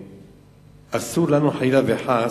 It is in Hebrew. אסור לנו, חלילה וחס,